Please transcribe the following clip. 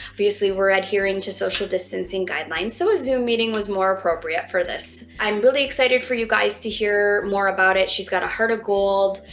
obviously, we're adhering to social distancing guidelines, so a zoom meeting was more appropriate for this. i'm really excited for you guys to hear more about it. she's got a heart of gold.